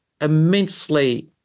immensely